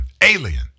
alien